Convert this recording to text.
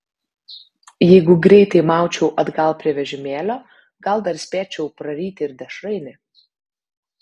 jeigu greitai maučiau atgal prie vežimėlio gal dar spėčiau praryti ir dešrainį